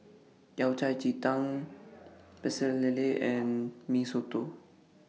Yao Cai Ji Tang Pecel Lele and Mee Soto